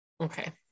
okay